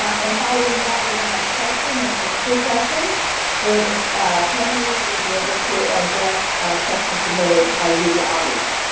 and following that we will have a question and answer session where the panelist will be able to address questions submitted by you the audience.